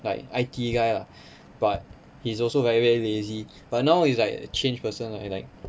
like I_T guy lah but he's also very very lazy but now he's like a changed person lah and like